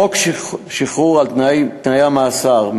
חוק שחרור על-תנאי ממאסר,